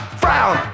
frown